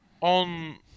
On